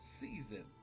season